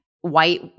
white